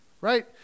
right